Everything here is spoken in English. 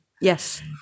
yes